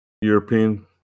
European